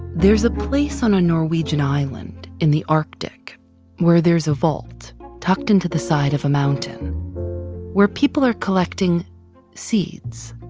there's a place on a norwegian island in the arctic where there's a vault tucked into the side of a mountain where people are collecting seeds,